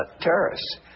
Terrorists